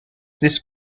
this